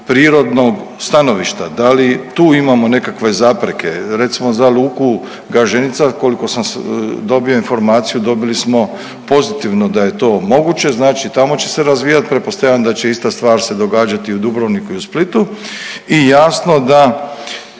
ekološko-prirodnog stanovišta, da li tu imamo nekakve zapreke. Recimo za luku Gaženica koliko sam dobio informaciju dobili smo pozitivno da je to moguće, znači tamo će se razvijati. Pretpostavljam da će ista stvar se događati i u Dubrovniku i u Splitu i jasno da